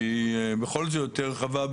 שהיא בכל זאת יותר רחבה.